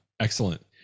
excellent